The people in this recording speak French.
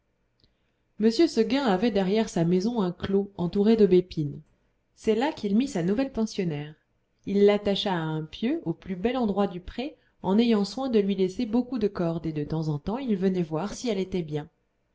m seguin avait derrière sa maison un clos entouré d'aubépines c'est là qu'il mit sa nouvelle pensionnaire il l'attacha à un pieu au plus bel endroit du pré en ayant soin de lui laisser beaucoup de corde et de temps en temps il venait voir si elle était bien